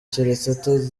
keretse